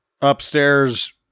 Upstairs